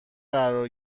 قرار